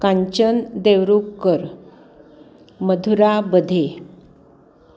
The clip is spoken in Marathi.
कांचन देवरूखकर मधुरा बधे